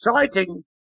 exciting